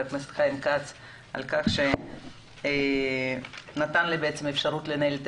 הכנסת חיים כץ על כך שנתן לי את האפשרות לנהל את